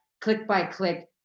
click-by-click